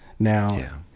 now,